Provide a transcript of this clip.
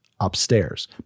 Upstairs